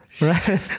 right